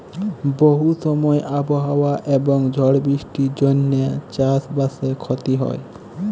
বহু সময় আবহাওয়া এবং ঝড় বৃষ্টির জনহে চাস বাসে ক্ষতি হয়